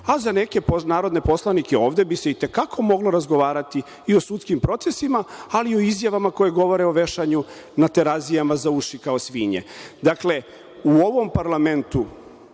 a za neke narodne poslanike ovde bi se i te kako moglo razgovarati i o sudskim procesima, ali i o izjavama koje govore o vešanju na Terazijama za uši, kao svinje. Dakle, u ovom parlamentu